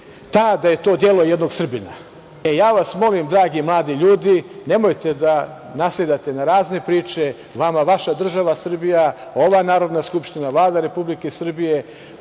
ta da je to delo jednog Srbina.“Dragi mladi ljudi, molim vas, nemojte da nasedate na razne priče, vama vaša država Srbija, ova Narodna skupština, Vlada Republike Srbije